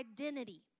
identity